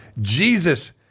Jesus